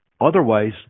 Otherwise